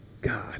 god